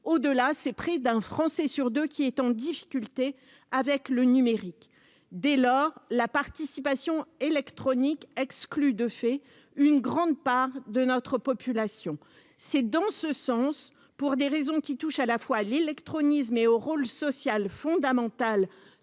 au delà, c'est près d'un Français sur 2 qui est en difficulté avec le numérique, dès lors, la participation électronique exclut de fait une grande part de notre population, c'est dans ce sens, pour des raisons qui touche à la fois l'illectronisme et au rôle social fondamental dans